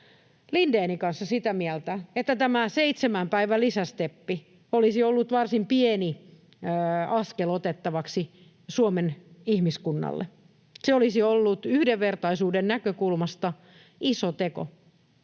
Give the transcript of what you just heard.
Lindénin kanssa sitä mieltä, että tämä seitsemän päivän lisästeppi olisi ollut varsin pieni askel otettavaksi Suomen ihmiskunnalle. Se olisi ollut yhdenvertaisuuden näkökulmasta iso teko,